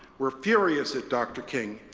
were furious at dr. king,